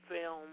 film